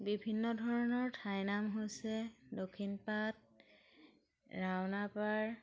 বিভিন্ন ধৰণৰ ঠাই নাম হৈছে দক্ষিণপাত ৰাওনা পাৰ